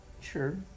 Sure